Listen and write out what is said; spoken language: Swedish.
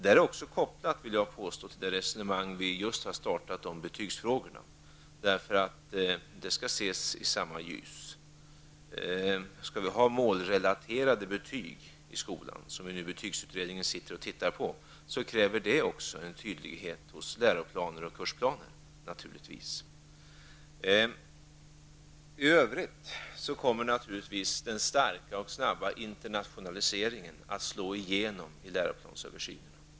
Det här är också kopplat, vill jag påstå, till det resonemang som vi just har startat om betygsfrågorna och som skall ses i samma ljus. Skall vi ha målrelaterade betyg i skolan, som betygsutredningen nu tittar på, kräver det naturligtvis också en tydlighet hos läroplaner och kursplaner. I övrigt kommer naturligtvis den starka och snabba internationaliseringen att slå igenom i läroplansöversynen.